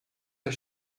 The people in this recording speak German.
der